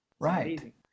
Right